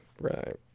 Right